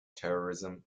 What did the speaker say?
terrorism